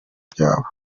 byabo